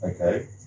okay